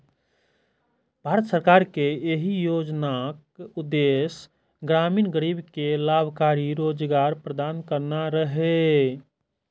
भारत सरकार के एहि योजनाक उद्देश्य ग्रामीण गरीब कें लाभकारी रोजगार प्रदान करना रहै